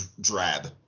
drab